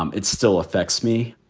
um it still affects me.